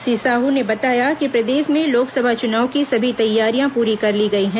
श्री साह ने बताया कि प्रदेश में लोकसभा चुनाव की सभी तैयारियां पूरी कर ली गई हैं